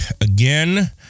again